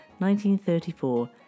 1934